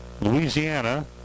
Louisiana